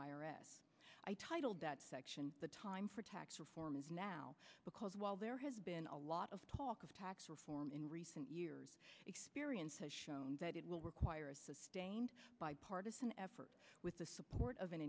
i titled that section the time for tax reform is now because while there has been a lot of talk of tax reform in recent years experience has shown that it will require a sustained bipartisan effort with the support of an